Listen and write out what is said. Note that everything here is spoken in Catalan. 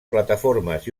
plataformes